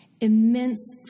Immense